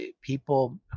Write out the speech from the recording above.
people